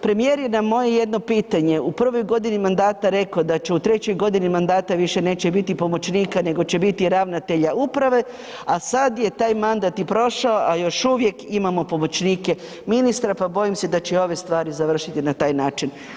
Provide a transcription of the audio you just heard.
Premijer je na moje jedno pitanje u prvoj godini mandata rekao da će u trećoj godini mandata više neće biti pomoćnika nego će biti ravnatelja uprave, a sad je taj mandat i prošao, a još uvijek imamo pomoćnike ministra, pa bojim se da će i ove stvari završiti na taj način.